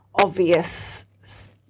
obvious